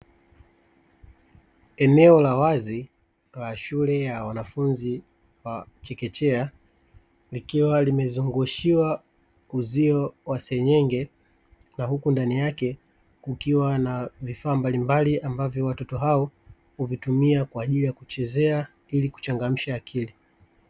Eneo la wazi la shule ya wanafunzi wa chekechea, likiwa limezungushiwa uzio wa senyenge na huku ndani yake kukiwa na vifaa mbalimbali ambavyo watoto hao huvitumia kwa ajili ya kuchezea ili kuchangamsha akili.